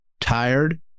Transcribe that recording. Tired